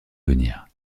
venir